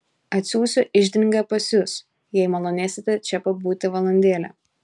atsiųsiu iždininką pas jus jei malonėsite čia pabūti valandėlę